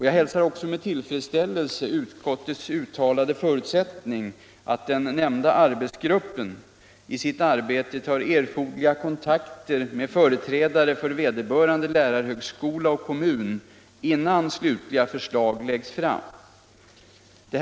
Jag hälsar också med tillfredsställelse utskottets uttalade förutsättning att den nämnda = Nr 60 arbetsgruppen i sitt arbete tar erforderliga kontakter med företrädare för Torsdagen den vederbörande lärarhögskola och kommun innan slutliga förslag läggs 17 april 1975 fram.